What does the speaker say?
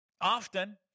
Often